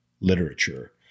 literature